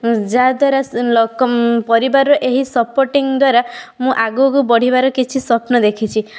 ଯାହାଦ୍ଵାରା ଲୋକ ପରିବାରର ଏହି ସପୋର୍ଟିଂ ଦ୍ଵାରା ମୁଁ ଆଗକୁ ବଢ଼ିବାର କିଛି ସ୍ୱପ୍ନ ଦେଖିଛି